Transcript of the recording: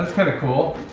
kind of cool.